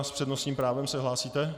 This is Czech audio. S přednostním právem se hlásíte?